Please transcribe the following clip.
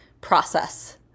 process